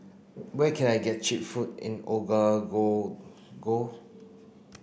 where can I get cheap food in Ouagadougou